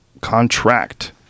Contract